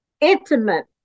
intimate